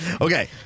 Okay